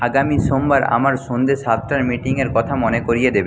আগামী সোমবার আমার সন্ধে সাতটার মিটিংয়ের কথা মনে করিয়ে দেবে